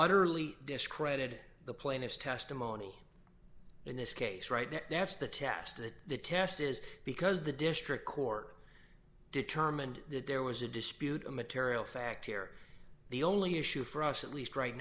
utterly discredited the plaintiff's testimony in this case right now that's the test that the test is because the district court determined that there was a dispute a material fact here the only issue for us at least right